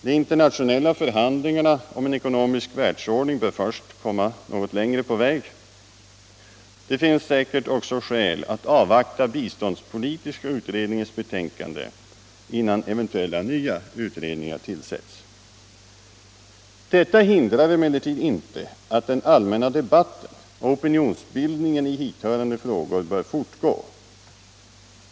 De internationella förhandlingarna om en ekonomisk världsordning bör först komma något längre på väg. Det finns säkert också skäl att avvakta biståndspolitiska utredningens betänkande, innan eventuella nya utredningar tillsätts. Detta hindrar emellertid inte att den allmänna debatten och opinionsbildningen i hithörande frågor bör fortgå.